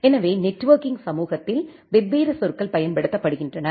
எனவே நெட்வொர்க்கிங் சமூகத்தில் வெவ்வேறு சொற்கள் பயன்படுத்தப்படுகின்றன